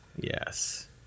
Yes